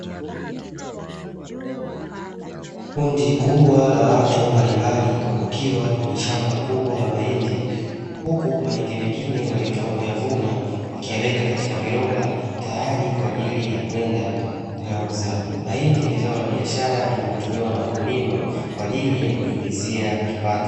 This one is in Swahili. Kundi kubwa la watu mbalimbali wakiwa kwenye shamba kubwa la mahindi, huku mahindi mengine waliyotoka kuyavuna wakiyaweka kwenye viroba, tayari kwa ajili ya kwenda kuyauza. Mahindi ni zao la biashara linalotumiwa na wakulima, kwa ajili ya kujiingizia kipato.